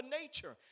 nature